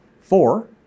Four